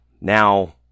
now